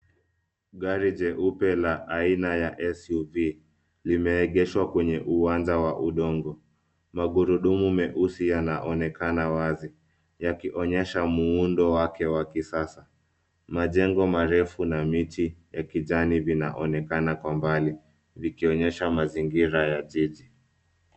Gari jeupe la aina ya SUV limeegeshwa kwenye uwanja wa udongo. Magurudumu meusi yanaonekana wazi yakionyesha muundo wake wa kisasa . Majengo marefu na miti ya kijani vinaonekana kwa mbali vikionyesha mazingira ya jiji.